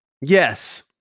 yes